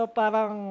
parang